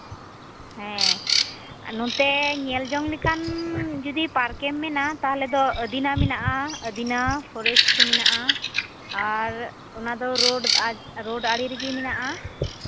ᱦᱮᱸ ᱟᱨ ᱱᱚᱛᱮ ᱧᱮᱡᱚᱝ ᱞᱮᱠᱟᱱ ᱡᱩᱫᱤ ᱯᱟᱨᱠ ᱮᱢ ᱢᱮᱱᱟ ᱛᱟᱦᱚᱞᱮ ᱫᱚ ᱟᱹᱫᱤᱱᱟ ᱢᱮᱱᱟᱜᱼᱟ ᱟᱹᱫᱤᱱᱟ ᱯᱷᱚᱨᱮᱥᱴ ᱠᱚ ᱢᱮᱱᱟᱜᱼᱟ ᱟᱨ ᱚᱱᱟᱫᱚ ᱨᱳᱰ ᱨᱳᱰ ᱟᱲᱮ ᱨᱮᱜᱮ ᱢᱮᱱᱟᱜᱼᱟ